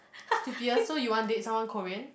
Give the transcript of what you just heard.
stupidest so you want date someone Korean